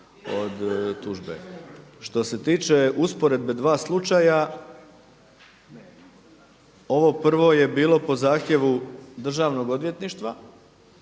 od tužbe. Što se tiče usporedbe dva slučaja ovo prvo je bilo po zahtjevu državnog odvjetništva